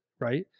right